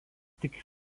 tik